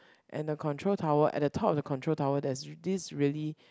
and the control tower at the top of the control tower there's this really